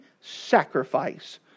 sacrifice